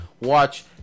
Watch